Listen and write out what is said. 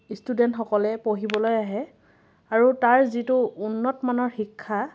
ষ্টুডেন্টসকলে পঢ়িবলৈ আহে আৰু তাৰ যিটো উন্নতমানৰ শিক্ষা